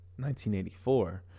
1984